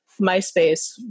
MySpace